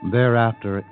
Thereafter